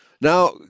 Now